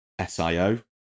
SIO